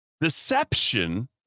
deception